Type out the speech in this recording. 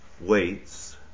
weights